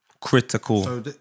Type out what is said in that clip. Critical